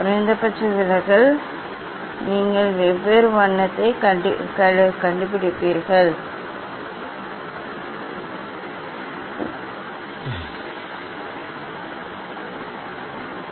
குறைந்தபட்ச விலகல் நீங்கள் வெவ்வேறு வண்ணத்தைக் கண்டுபிடிப்பீர்கள் நீங்கள் கண்டுபிடிக்க வேண்டும்